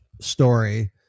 story